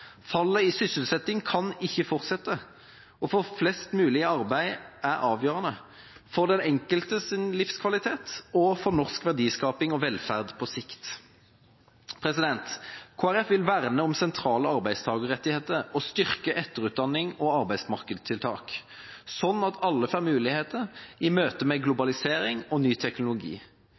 Fallet i sysselsettingen kan ikke fortsette. Å få flest mulig i arbeid er avgjørende for den enkeltes livskvalitet og for norsk verdiskaping og velferd på sikt. Kristelig Folkeparti vil verne om sentrale arbeidstakerrettigheter og styrke etterutdanning og arbeidsmarkedstiltak, slik at alle får muligheter i møtet med globalisering og ny teknologi.